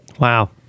Wow